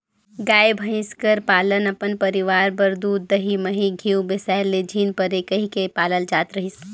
गाय, भंइस कर पालन अपन परिवार बर दूद, दही, मही, घींव बेसाए ले झिन परे कहिके पालल जात रहिस